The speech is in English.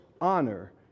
honor